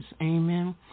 Amen